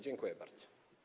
Dziękuję bardzo.